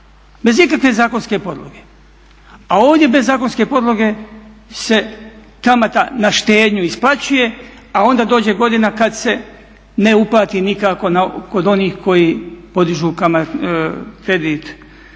bez ikakve zakonske podloge. A ovdje bez zakonske podloge se kamata na štednju isplaćuje, a onda dođe godina kada se ne uplati nikako kod onih koji podižu kredit